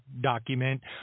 document